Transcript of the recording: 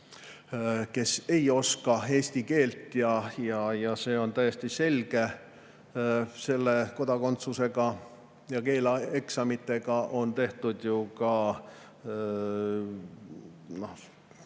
kes ei oska eesti keelt, ja see on täiesti selge. Kodakondsusega ja keeleeksamitega on tehtud ju ka sobi.